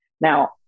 Now